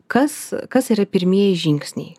kas kas yra pirmieji žingsniai